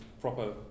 proper